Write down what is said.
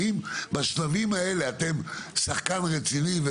האם בשלבים האלה אתם שחקן רציני,